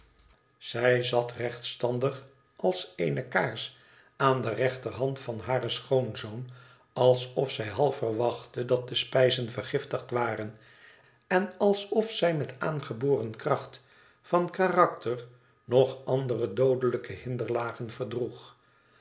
zij zat rechtstandig als eene kaars aan de rechterhand van haar schoonzoon alsof zij half verwachtte dat de spijzen vergiftigd warea en alsof zij met aangeboren kracht van karakter nog andere doodelijke hinderlagen verdroeg